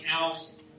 else